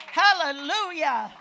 hallelujah